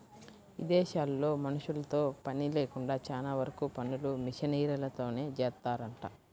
ఇదేశాల్లో మనుషులతో పని లేకుండా చానా వరకు పనులు మిషనరీలతోనే జేత్తారంట